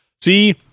see